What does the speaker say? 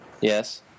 Yes